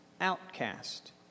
outcast